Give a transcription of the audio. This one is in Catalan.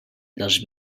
dels